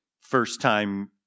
first-time